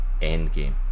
Endgame